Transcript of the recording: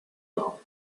now